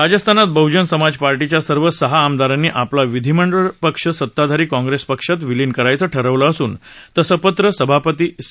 राजस्थानात बह्जन समाज पार्टीच्या सर्व सहा आमदारांनी आपला विधीमंडळ पक्ष सताधारी काँग्रस्न पक्षात विलीन करायचं ठरवलं असून तसं पत्र सभापती सी